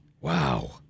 Wow